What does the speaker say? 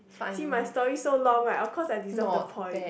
see my story so long right of course I deserve the point